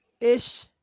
ish